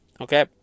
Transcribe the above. Okay